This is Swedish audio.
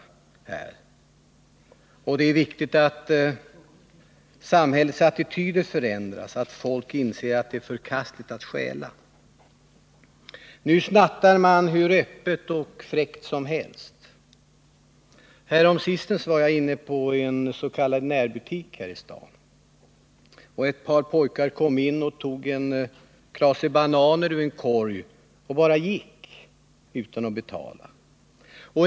Det är också viktigt att samhällets attityder förändras, att människor inser att det är förkastligt att stjäla. Nu snattar man hur öppet och fräckt som helst. Häromsistens var jag inne i en s.k. närbutik här i staden. Ett par pojkar kom in och tog en klase bananer ur en korg och bara gick utan att betala.